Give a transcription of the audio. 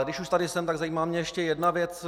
Když už tady jsem, tak zajímá mě ještě jedna věc.